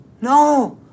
No